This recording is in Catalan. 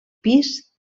pis